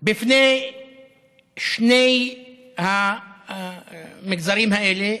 בפני שני המגזרים האלה,